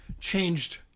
changed